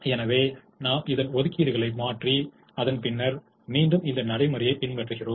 எனவே நாம் இதன் ஒதுக்கீடுகளை மாற்றி அதன் பின்னர் மீண்டும் இந்த நடைமுறையை பின்பற்றுகிறோம்